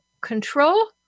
control